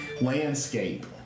landscape